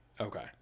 Okay